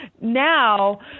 now